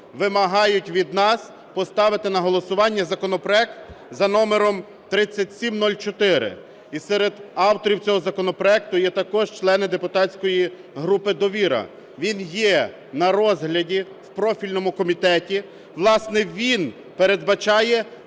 вимагають від нас поставити на голосування законопроект за номером 3704. І серед авторів цього законопроекту є також члени депутатської групи "Довіра". Він є на розгляді у профільному комітеті, власне, він передбачає